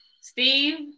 Steve